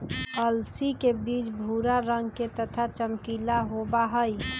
अलसी के बीज भूरा रंग के तथा चमकीला होबा हई